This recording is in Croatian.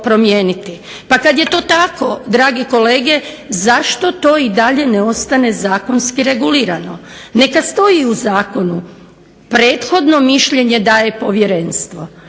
Pa kada je to tako zašto to i dalje ne ostane zakonski regulirano. Neka stoji u zakonu prethodno mišljenje da je povjerenstvo